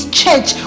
church